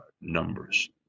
numbers